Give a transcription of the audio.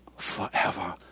forever